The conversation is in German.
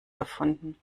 erfunden